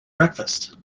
breakfast